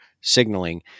signaling